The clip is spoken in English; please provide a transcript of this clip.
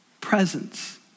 presence